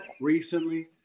recently